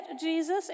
Jesus